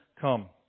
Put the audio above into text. come